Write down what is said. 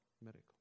miracle